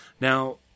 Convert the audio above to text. Now